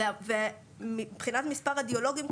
מבחינת מספר הרדיולוגים,